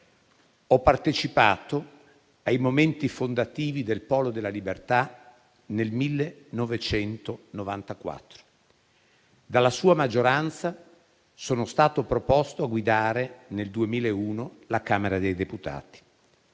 Ho partecipato ai momenti fondativi del Polo della Libertà nel 1994. Dalla sua maggioranza sono stato proposto a guidare nel 2001 la Camera dei deputati;